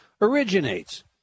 originates